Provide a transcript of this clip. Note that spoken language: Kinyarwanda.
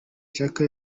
chaka